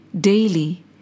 daily